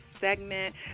segment